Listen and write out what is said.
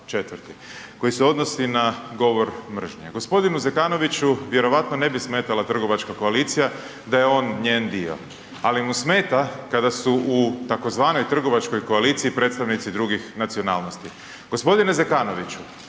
st. 4. koji se odnosi na govor mržnje. Gospodinu Zekanoviću vjerojatno ne bi smetala trgovačka koalicija da je on njen dio, ali mu smeta kada su u tzv. trgovačkoj koaliciji predstavnici drugih nacionalnosti. Gospodine Zekanoviću,